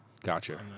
Gotcha